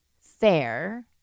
fair